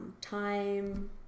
time